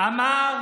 ואז אמר